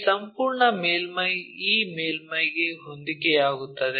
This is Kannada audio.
ಈ ಸಂಪೂರ್ಣ ಮೇಲ್ಮೈ ಈ ಮೇಲ್ಮೈಗೆ ಹೊಂದಿಕೆಯಾಗುತ್ತದೆ